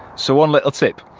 so one little tip,